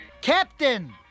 Captain